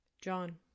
John